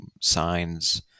signs